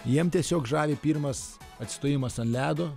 jiem tiesiog žavi pirmas atsistojimas ant ledo